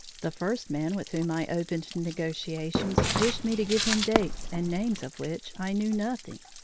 the first man with whom i opened negotiations wished me to give him dates and names of which i knew nothing.